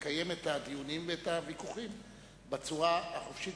לקיים את הדיונים ואת הוויכוחים בצורה החופשית